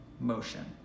motion